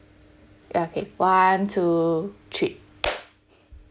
ya okay one two three